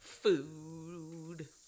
Food